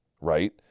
right